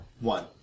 one